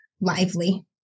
lively